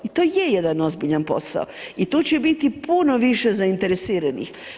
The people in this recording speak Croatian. I to je jedan ozbiljan posao i tu će biti puno više zainteresiranih.